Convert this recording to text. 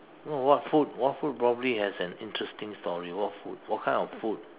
no what food what food probably has an interesting story what food what kind of food